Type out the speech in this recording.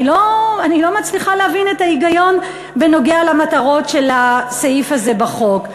אני לא מצליחה להבין את ההיגיון בנוגע למטרות הסעיף הזה בחוק.